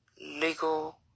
legal